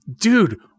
Dude